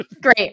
great